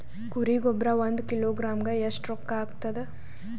ಕುರಿ ಗೊಬ್ಬರ ಒಂದು ಕಿಲೋಗ್ರಾಂ ಗ ಎಷ್ಟ ರೂಕ್ಕಾಗ್ತದ?